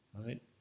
right